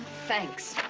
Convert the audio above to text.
thanks.